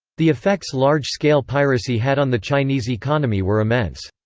the effects large-scale piracy had on the chinese economy were immense.